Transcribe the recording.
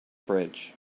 bridge